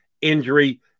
Injury